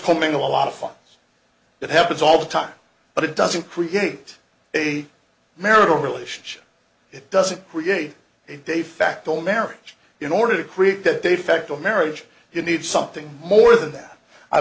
coming a lot of fun it happens all the time but it doesn't create a marital relationship it doesn't create a de facto marriage in order to create that de facto marriage you need something more than that i